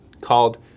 called